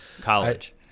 College